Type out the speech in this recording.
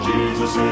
Jesus